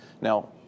Now